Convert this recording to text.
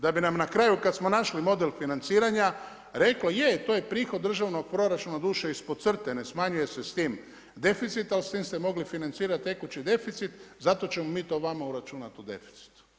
Da bi nam na kraju kad smo našli model financiranja rekli je, to je prihod državnog proračuna doduše ispod crte, ne smanjuje se s tim deficit, ali s tim ste mogli financirati tekući deficit, zato ćemo mi vam to uračunati u deficitu.